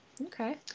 Okay